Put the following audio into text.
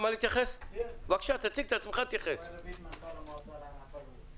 מנכ"ל המועצה לענף הלול.